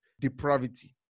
depravity